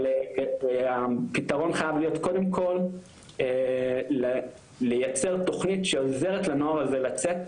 אבל הפתרון חייב להיות קודם כל לייצר תוכנית שעוזרת לנוער הזה לצאת,